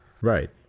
Right